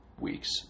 weeks